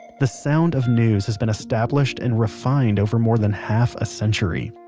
the sound of news has been established and refined over more than half a century.